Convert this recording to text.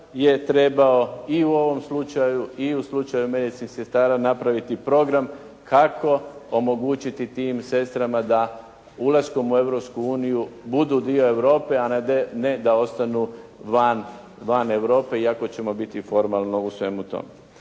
je trebao i u ovom slučaju i u slučaju medicinskih sestara napraviti program kako omogućiti tim sestrama da ulaskom u Europsku uniju budu dio Europe a ne da ostanu van Europe iako ćemo biti formalno u svemu tome.